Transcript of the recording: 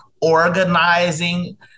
organizing